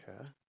Okay